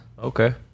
okay